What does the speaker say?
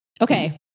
Okay